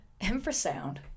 infrasound